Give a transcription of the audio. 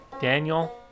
daniel